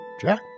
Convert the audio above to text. Jack